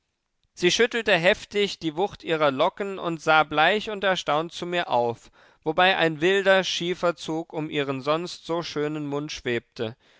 sie schüttelte heftig die wucht ihrer locken und sah bleich und erstaunt zu mir auf wobei ein wilder schiefer zug um ihren sonst so schönen mund schwebte